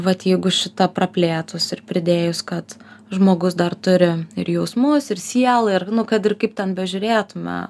vat jeigu šitą praplėtus ir pridėjus kad žmogus dar turi ir jausmus ir sielą ir kad ir kaip ten bežiūrėtume